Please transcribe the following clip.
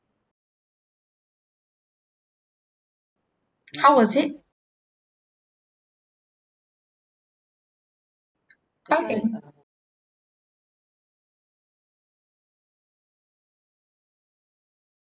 how was it okay